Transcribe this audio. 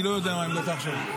אני לא יודע מה עמדתה עכשיו.